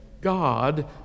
God